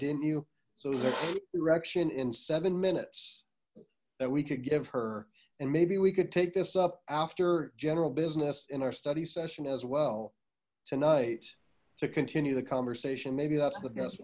didn't you so there's a direction in seven minutes that we could give her and maybe we could take this up after general business in our study session as well tonight to continue the conversation maybe that's the best